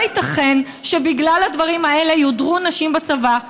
לא ייתכן שבגלל הדברים האלה יודרו נשים בצבא.